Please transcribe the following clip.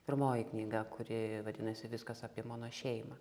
pirmoji knyga kuri vadinasi viskas apie mano šeimą